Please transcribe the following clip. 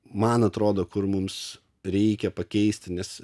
man atrodo kur mums reikia pakeisti nes